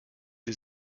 die